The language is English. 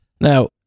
Now